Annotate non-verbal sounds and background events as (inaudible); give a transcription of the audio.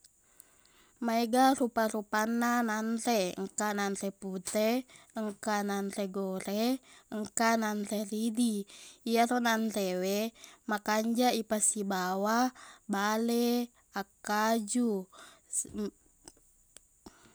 Maega rupa-rupanna nanre engka nanre pute engka nanre gore engka nanre ridi iyaro nanrewe makanjaq ipasibawa bale akkaju (hesitation)